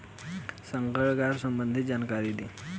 संकर गाय संबंधी जानकारी दी?